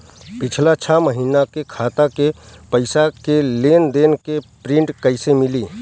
पिछला छह महीना के खाता के पइसा के लेन देन के प्रींट कइसे मिली?